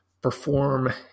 perform